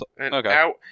Okay